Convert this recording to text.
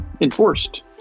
enforced